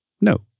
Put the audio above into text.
no